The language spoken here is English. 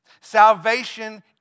Salvation